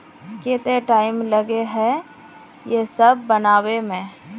केते टाइम लगे है ये सब बनावे में?